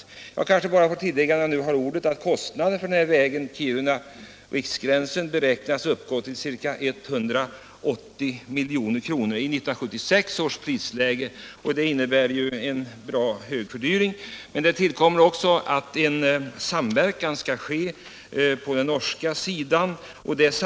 När jag nu har ordet kanske jag bara får tillägga att kostnaderna för denna väg Kiruna-Riksgränsen beräknas uppgå till ca 180 milj.kr. i 1976 års prisläge. Det innebär en stor fördyring. Men det bör också tillläggas att en samverkan skall ske på den norska sidan.